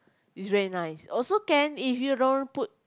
is very nice also can if you don't put